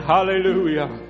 Hallelujah